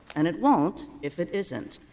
and it won't if it isn't.